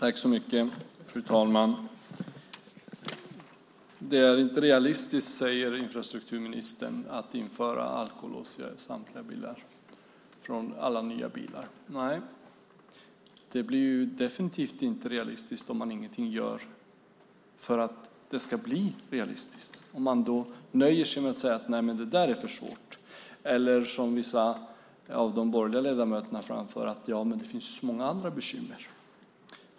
Fru talman! Det är inte realistiskt, säger infrastrukturministern, att införa alkolås i alla nya bilar. Nej, det blir definitivt inte realistiskt om man ingenting gör för att det ska bli realistiskt, om man nöjer sig med att säga att det är för svårt eller om man, som vissa av de borgerliga ledamöterna, framför att det finns så många andra bekymmer.